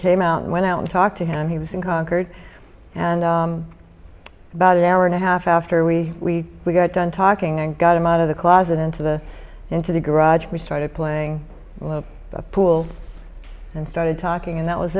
came out and went out and talked to him he was in concord and about an hour and a half after we got done talking and got him out of the closet into the into the garage we started playing pool and started talking and that was